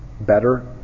better